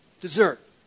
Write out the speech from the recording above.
Dessert